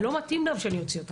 זה לא מתאים שאני אוציא אותך.